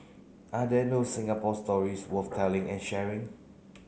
are there no Singapore stories worth telling and sharing